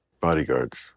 bodyguards